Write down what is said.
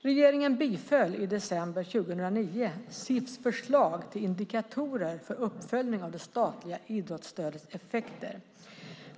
Regeringen biföll i december 2009 CIF:s förslag till indikatorer för uppföljning av det statliga idrottsstödets effekter.